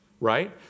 Right